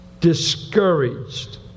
Discouraged